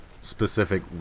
specific